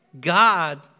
God